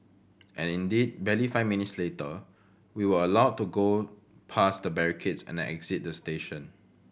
and indeed barely five minutes later we were allowed to go past the barricades and exit the station